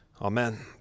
Amen